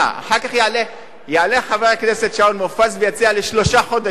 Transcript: אחר כך יעלה חבר הכנסת שאול מופז ויציג: לשלושה חודשים.